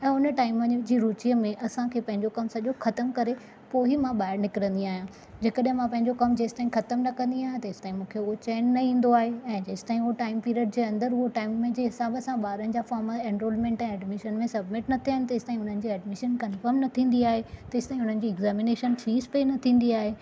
ऐं हुन टाइम जी रूचीअ में असांखे पंहिंजो कमु सॼो ख़तमु करे पोइ ई मां ॿाहिरि निकरंदी आहियां जेकॾहिं मां पंहिंजो कमु जेसिताईं कमु ख़तमु न कंदी आयां तेसिताईं मूंखे उहो चैन न ईंदो आहे ऐं जेसिताईं उहो टाइम पीरियड जे अंदरु उहो टाइम जे हिसाब सां ॿारनि जा फ़ोर्म एनरोलमेंट ऐं एडमिशन में सबमिट न थियनि तेसिताईं हुन जो एडमिशन कंफ़र्म न थींदी आहे तेसिताईं हुननि जी एग्ज़ामिनेशन फ़ीस पे न थींदी आहे